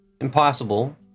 impossible